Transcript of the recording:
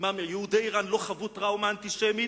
יהודי אירן לא חוו אף פעם טראומה אנטישמית